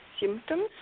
symptoms